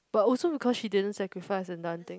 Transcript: but also because she didn't sacrifice and done thing